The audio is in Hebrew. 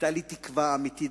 היתה לי תקווה אמיתית,